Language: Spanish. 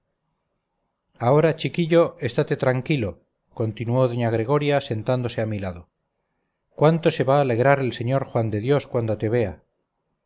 ahora chiquillo estate tranquilo continuó doña gregoria sentándose a mi lado cuánto se va a alegrar el sr juan de dios cuando te vea